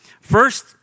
First